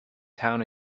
town